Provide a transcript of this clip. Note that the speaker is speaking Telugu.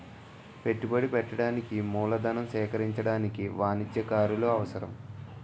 పెట్టుబడి పెట్టడానికి మూలధనం సేకరించడానికి వాణిజ్యకారులు అవసరం